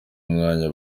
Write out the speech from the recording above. umwanya